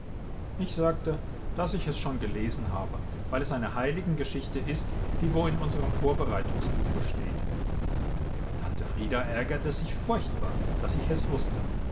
ich sagte daß ich es schon gelesen habe weil es eine heiligengeschichte ist die wo in unserem vorbereitungsbuche steht tante frieda ärgerte sich furchtbar daß ich es wußte